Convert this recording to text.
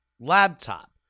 laptop